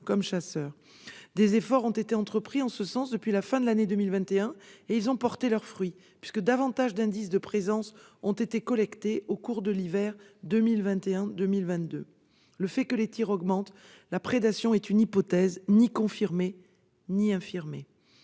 comme chasseurs. Des efforts ont été entrepris en ce sens depuis la fin de l'année 2021. Ils ont porté leurs fruits, puisque davantage d'indices de présence ont été collectés au cours de l'hiver 2021-2022. Le fait que les tirs augmenteraient la prédation reste une hypothèse, ni confirmée ni infirmée.